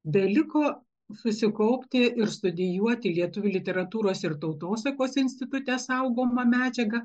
beliko susikaupti ir studijuoti lietuvių literatūros ir tautosakos institute saugomą medžiagą